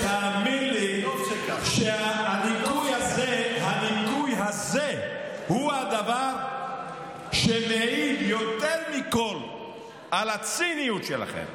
תאמין לי שהניכוי הזה הוא הדבר שמעיד יותר מכול על הציניות שלכם.